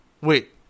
wait